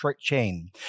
chain